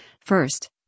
First